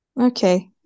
okay